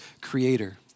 creator